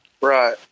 Right